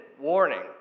warning